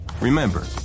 Remember